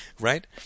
right